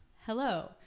Hello